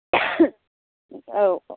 औ